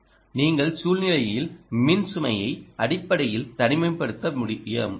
நீங்கள் கீழ்நிலையில் மின் சுமையை அடிப்படையில் தனிமைப்படுத்த முடிய வேண்டும்